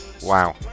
Wow